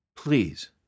please